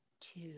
two